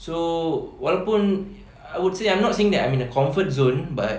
so walaupun I would say I'm not saying I'm in a comfort zone but